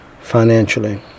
financially